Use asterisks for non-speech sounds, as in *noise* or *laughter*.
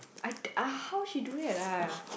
I *noise* I how she do that ah